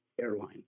airline